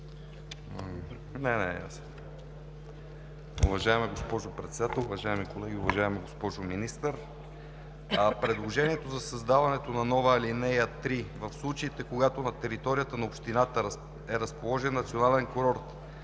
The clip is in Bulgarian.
България): Уважаема госпожо Председател, уважаеми колеги, уважаема госпожо Министър! Предложението за създаване на нова ал. 3: „В случаите, когато на територията на общината е разположен национален курорт